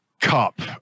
cup